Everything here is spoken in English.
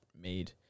made